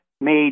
made